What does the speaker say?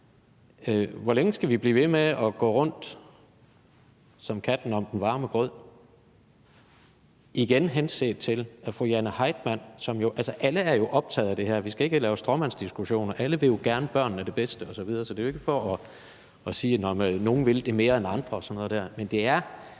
Hvor længe skal vi blive ved med at gå rundt som katten om den varme grød? Altså, alle er jo optaget af det her. Vi skal ikke lave stråmandsdiskussioner, for alle vil jo gerne børnene det bedste osv. – så det er jo ikke for at sige, at nogle vil det mere end andre og sådan noget.